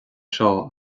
seo